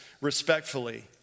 respectfully